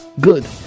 good